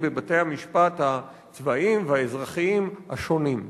בבתי-המשפט הצבאיים והאזרחיים השונים.